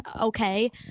okay